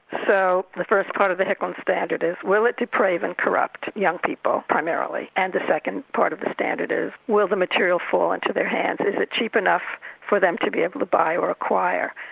so the first part of the hicklin standard is, will it deprave and corrupt young people primarily? and the second part of the standard is will material fall into their hands, is it cheap enough for them to be able to buy or acquire?